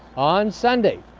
on sunday,